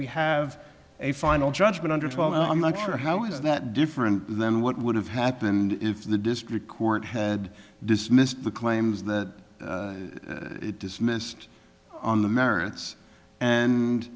we have a final judgment under twelve i'm not sure how is that different than what would have happened if the district court had dismissed the claims that it dismissed on the merits and